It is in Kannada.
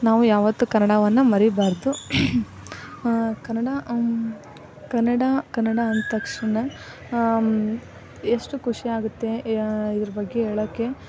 ನಾವು ಯಾವತ್ತೂ ಕನ್ನಡವನ್ನು ಮರೀಬಾರದು ಕನ್ನಡ ಕನ್ನಡ ಕನ್ನಡ ಅಂದ ತಕ್ಷಣ ಎಷ್ಟು ಖುಷಿಯಾಗುತ್ತೆ ಇದ್ರ ಬಗ್ಗೆ ಹೇಳಕ್ಕೆ